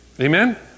Amen